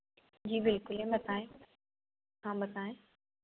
जी बिलकुल बताएँ हाँ बताएँ